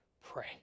pray